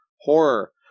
horror